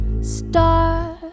Start